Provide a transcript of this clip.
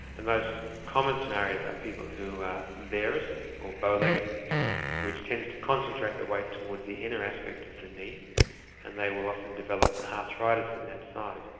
the most common scenario is that people who are varus or bow legged which tends to concentrate the weight towards the inner aspect of the knee and they will often develop arthritis in that side.